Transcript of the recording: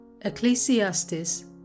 Ecclesiastes